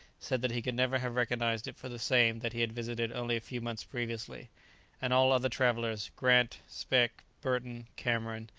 said that he could never have recognized it for the same that he had visited only a few months previously and all other travellers, grant, speke, burton, cameron,